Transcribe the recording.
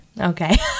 Okay